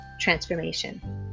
transformation